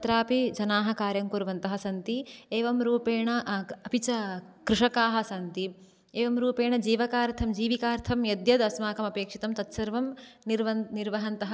तत्रापि जनाः कार्यं कुर्वन्तः सन्ति एवं रूपेण अपि च कृषकाः सन्ति एवं रूपेण जीवकार्थं जीविकार्थं यद्यद् अस्माकम् अपेक्षितं तद् सर्वं निर्वन्त निर्वहन्तः